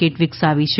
kit વિકસાવી છે